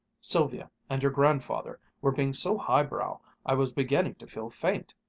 sylvia and your grandfather were being so high-brow i was beginning to feel faint,